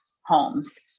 homes